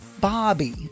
Bobby